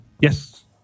Yes